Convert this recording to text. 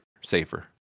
Safer